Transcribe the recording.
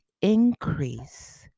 increase